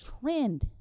trend